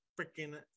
freaking